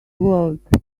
world